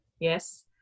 yes